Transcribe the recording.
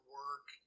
work